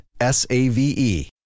S-A-V-E